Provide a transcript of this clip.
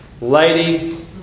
lady